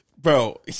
Bro